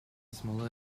smaller